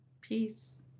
peace